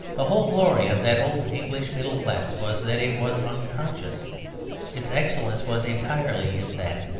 the whole glory of that old english middle class was that it was unconscious its excellence was entirely in that,